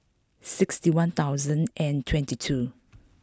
sixty one thousand and twenty two